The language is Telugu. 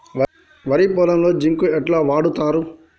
వరి పొలంలో జింక్ ఎట్లా వాడుతరు?